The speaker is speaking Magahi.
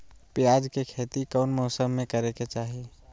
प्याज के खेती कौन मौसम में करे के चाही?